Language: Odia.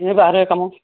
ଏ ବାହାରିଆ କାମ